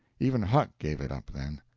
even huck gave it up then.